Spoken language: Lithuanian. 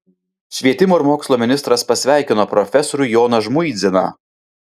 švietimo ir mokslo ministras pasveikino profesorių joną žmuidziną